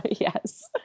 Yes